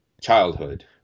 childhood